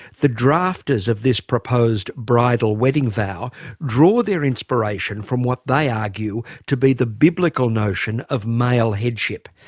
the drafters of this proposed bridal wedding vow draw their inspiration from what they argue, to be the biblical notion of male headship,